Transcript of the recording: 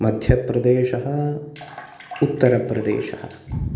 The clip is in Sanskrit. मध्यप्रदेशः उत्तरप्रदेशः